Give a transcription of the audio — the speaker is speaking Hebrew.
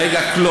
העיקרית.